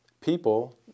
people